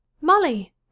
Molly